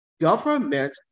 government